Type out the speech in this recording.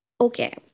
okay